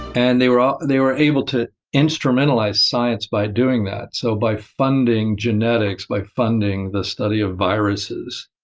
and they were ah they were able to instrumentalize science by doing that. so, by funding genetics, by funding the study of viruses,